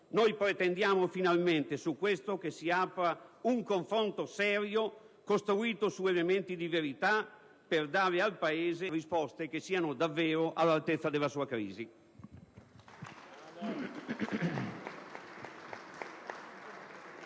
Noi pretendiamo finalmente che si apra su questo un confronto serio, costruito su elementi di verità, per dare al Paese risposte che siano davvero all'altezza della sua crisi.